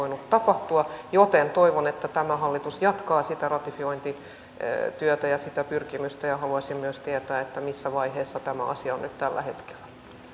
voinut tapahtua joten toivon että tämä hallitus jatkaa sitä ratifiointityötä ja sitä pyrkimystä ja haluaisin myös tietää missä vaiheessa tämä asia on nyt tällä hetkellä